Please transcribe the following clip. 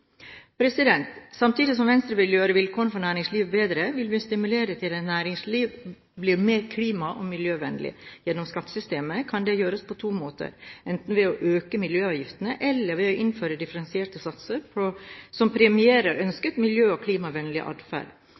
Samtidig som Venstre vil gjøre vilkårene for næringslivet bedre, vil vi stimulere til at næringslivet blir mer klima- og miljøvennlig. Gjennom skattesystemet kan det gjøres på to måter – enten ved å øke miljøavgiftene eller ved å innføre differensierte satser som premierer ønsket miljø- og klimavennlig atferd.